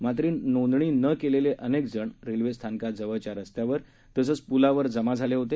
मात्र नोंदणी न केलेले अनेकजण रेल्वे स्थानकाजवळच्या रस्त्यावर तसंच पुलावर जमा झाले होते